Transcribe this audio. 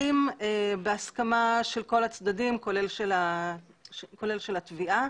נאשמים בהסכמה של כל הצדדים, כולל של התביעה.